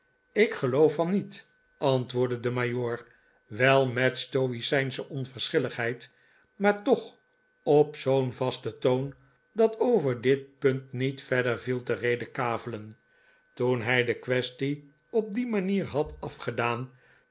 ik geloof van niet antwoordde de majoor wel met stoicijnsche onyerschilligheid maar toch op zop'n vasten toon dat over dit punt niet verder viel te redekavelen toen hij de quaestie op die manier had afgedaan